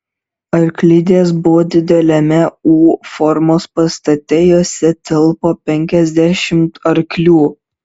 arklidės buvo dideliame u formos pastate jose tilpo penkiasdešimt arklių